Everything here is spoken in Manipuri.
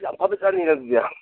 ꯑꯁ ꯌꯥꯝ ꯐꯕꯖꯥꯠꯅꯤꯅ ꯑꯗꯨꯗꯤ